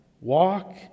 Walk